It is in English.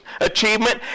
achievement